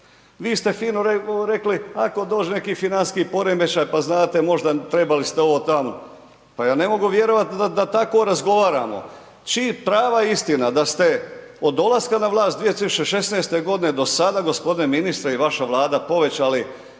Vi ste fino rekli, ako dođe neki financijski poremećaj pa znate trebali ste možda ono tamo. Pa ja ne mogu vjerovati da tako razgovaramo. Prava istina da ste od dolaska na vlast 2016. godine do sada gospodine ministre i vaša Vlada povećali